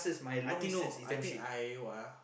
I think no I think I what ah